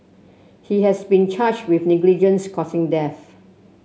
he has been charged with negligence causing death